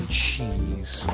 cheese